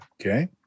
Okay